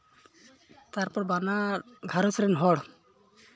ᱛᱟᱨᱯᱚᱨ ᱵᱟᱱᱟᱨ ᱜᱷᱟᱨᱚᱸᱡᱽ ᱨᱮᱱ ᱦᱚᱲ